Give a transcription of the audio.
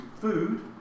food